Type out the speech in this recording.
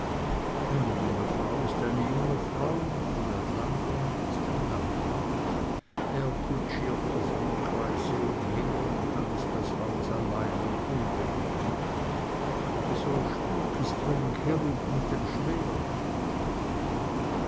eine junge frau ist eine junge frau und ein landrat ist ein landrat er kutschiert oft im kreise umher und dann ist das haus allein und unbewohnt aber solch spuk ist wie ein cherub mit dem schwert